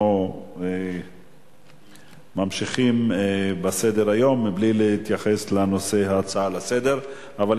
אנחנו ממשיכים בסדר-היום בלי להתייחס לנושא ההצעה לסדר-היום,